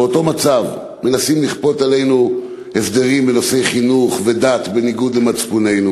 באותו מצב: מנסים לכפות עלינו הסדרים בנושאי חינוך ודת בניגוד למצפוננו,